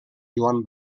joan